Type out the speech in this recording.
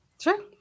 Sure